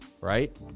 right